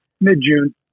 Mid-June